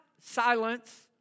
silence